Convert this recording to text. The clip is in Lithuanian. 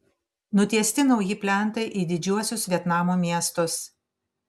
nutiesti nauji plentai į didžiuosius vietnamo miestus